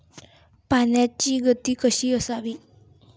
पाण्याची गती कशी असावी?